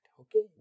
Okay